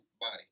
body